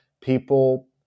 People